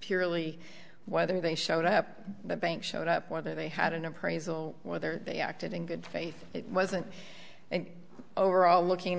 purely whether they showed up the bank showed up or they had an appraisal whether they acted in good faith it wasn't overall looking